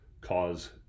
cause